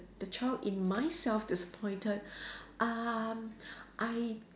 the child in myself disappointed um I